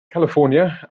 california